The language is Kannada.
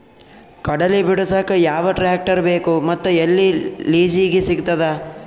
ಕಡಲಿ ಬಿಡಸಕ್ ಯಾವ ಟ್ರ್ಯಾಕ್ಟರ್ ಬೇಕು ಮತ್ತು ಎಲ್ಲಿ ಲಿಜೀಗ ಸಿಗತದ?